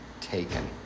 taken